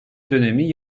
dönemi